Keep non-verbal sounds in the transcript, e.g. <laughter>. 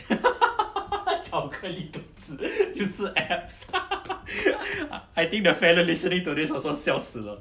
<laughs> 巧克力肚子就是 abs <laughs> I think the fellow listening to this also 笑死了